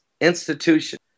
institution